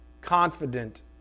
confident